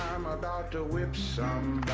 i'm about to whip so